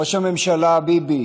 ראש הממשלה ביבי,